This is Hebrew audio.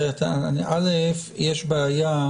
יש בעיה